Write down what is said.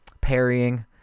parrying